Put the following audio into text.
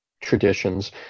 traditions